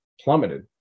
plummeted